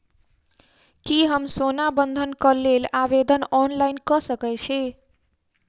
की हम सोना बंधन कऽ लेल आवेदन ऑनलाइन कऽ सकै छी?